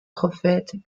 prophètes